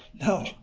No